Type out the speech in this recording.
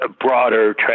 broader